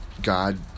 God